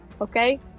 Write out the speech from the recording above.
Okay